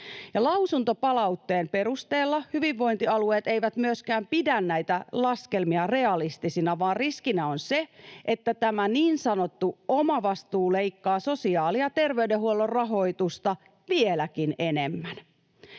Lausuntopalautteen perusteella hyvinvointialueet eivät myöskään pidä näitä laskelmia realistisina, vaan riskinä on se, että tämä niin sanottu omavastuu leikkaa sosiaali- ja terveydenhuollon rahoitusta vieläkin enemmän.